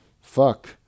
Fuck